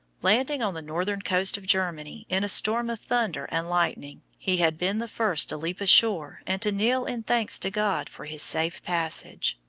landing on the northern coast of germany in a storm of thunder and lightning, he had been the first to leap ashore and to kneel in thanks to god for his safe passage.